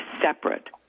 separate